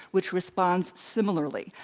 which responds similarly.